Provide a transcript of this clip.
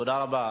תודה רבה.